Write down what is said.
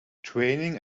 training